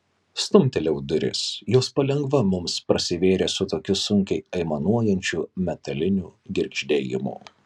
stumtelėjau duris jos palengva mums prasivėrė su tokiu sunkiai aimanuojančiu metaliniu girgždėjimu